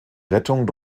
rettung